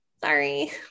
Sorry